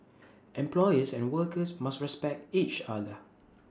employers and workers must respect each other